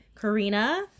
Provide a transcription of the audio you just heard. Karina